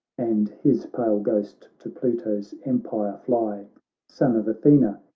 and his pale ghost to pluto's empire fly son of athena,